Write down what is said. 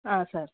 sir